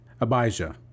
Abijah